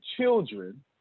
children